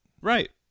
Right